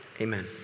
Amen